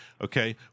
Okay